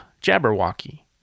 Jabberwocky